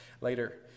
later